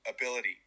ability